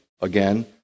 Again